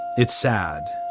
it's sad,